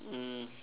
mm